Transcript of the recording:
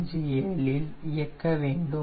657 இல் இயக்க வேண்டும்